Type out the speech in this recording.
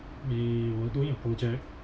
we were doing a project